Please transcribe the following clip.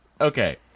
Okay